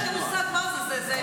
יש פעילות חסד לא רגילה בחברה החרדית.